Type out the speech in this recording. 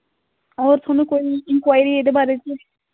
होर तुआनूं कोई इंकवारी एह्दे बारे च